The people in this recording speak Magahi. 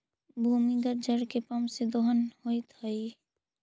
भूमिगत जल के पम्प से दोहन होइत हई